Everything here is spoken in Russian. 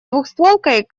двустволкой